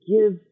give